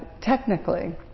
technically